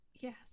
Yes